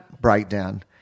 breakdown